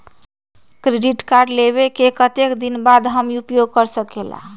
Credit card लेबे के कतेक दिन बाद हम उपयोग कर सकेला?